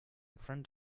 front